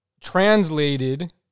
translated